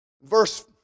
Verse